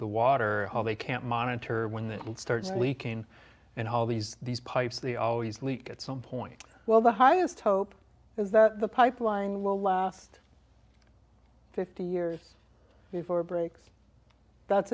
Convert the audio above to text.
the water they can't monitor when that will start leaking in all these these pipes the always leak at some point well the highest hope is that the pipeline will last fifty years before breaks that's